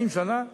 40 שנה,